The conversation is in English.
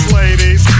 ladies